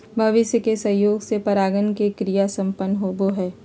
मनुष्य के सहयोग से परागण के क्रिया संपन्न होबो हइ